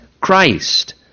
Christ